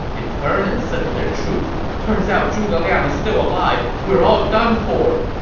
they turned and said to their troops, turns out zhuge liang is still alive! we're all done for!